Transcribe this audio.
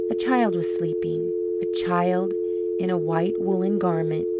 a child was sleeping a child in a white woollen garment,